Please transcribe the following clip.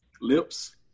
lips